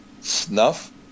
snuff